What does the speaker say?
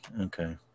Okay